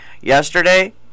Yesterday